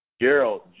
Gerald